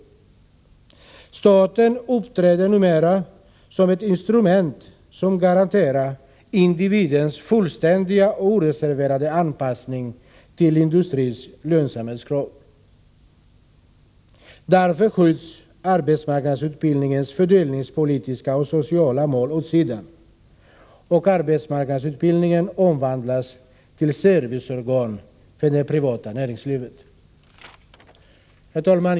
Staten verkar numera som ett instrument som garanterar individens fullständiga och oreserverade anpassning till industrins lönsamhetskrav. Därför skjuts arbetsmarknadsutbildningens fördelningspolitiska och sociala mål åt sidan och arbetsmarknadsutbildningen omvandlas till ett serviceorgan för det privata näringslivet. Herr talman!